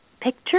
picture